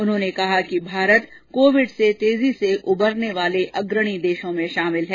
उन्होंने कहा कि भारत कोविड से तेजी से उबरने वाले अग्रणी देशों में शामिल है